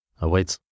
awaits